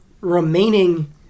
remaining